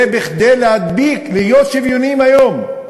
זה כדי להדביק, להיות שוויוניים היום,